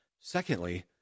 Secondly